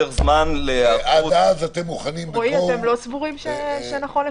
אתם לא סבורים שנכון לקצר?